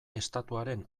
estatuaren